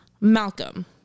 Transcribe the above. Malcolm